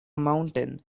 mountain